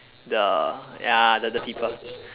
the ya the the people